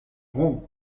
ronds